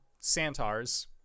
Santar's